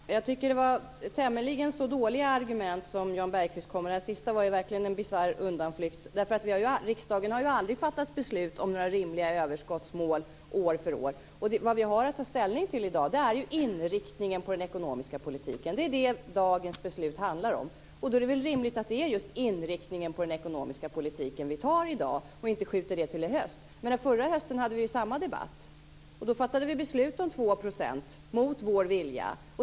Fru talman! Jag tycker det var tämligen dåliga argument som Jan Bergqvist kom med. Det sista var verkligen en bisarr undanflykt. Riksdagen har ju aldrig fattat beslut om några rimliga överskottsmål år för år. Vad vi har att ta ställning till i dag är ju inriktningen på den ekonomiska politiken. Det är det dagens beslut handlar om. Då är det väl rimligt att vi tar just inriktningen på den ekonomiska politiken i dag och inte skjuter det till i höst. Förra hösten hade vi ju samma debatt. Då fattade vi beslut om 2 %, mot vår vilja.